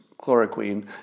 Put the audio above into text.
chloroquine